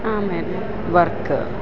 ಆಮೇಲೆ ವರ್ಕ